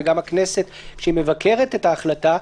וגם הכנסת שמבקרת את ההחלטה,